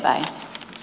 arvoisa puhemies